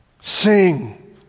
Sing